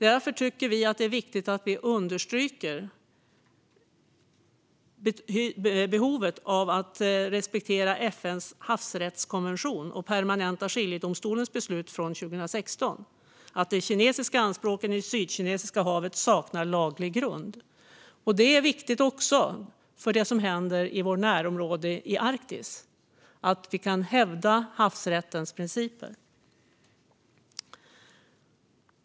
Därför tycker vi i Centerpartiet att det är viktigt att vi understryker behovet av att respektera FN:s havsrättskommission och permanentar skiljedomstolens beslut från 2016 att de kinesiska anspråken i Sydkinesiska havet saknar laglig grund. Det är viktigt också för det som händer i Sveriges närområde, i Arktis, att vi kan hävda havsrättens principer.